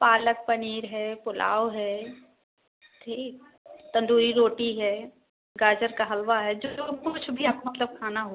पालक पनीर है पुलाव है ठीक तंदूरी रोटी है गाजर का हलवा है जो जो कुछ भी आपको मतलब खाना हो